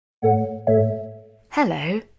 Hello